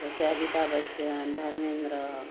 जसे अमिताभ बच्चन धर्मेंद्र